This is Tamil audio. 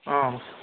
ஆ